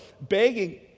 begging